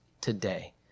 today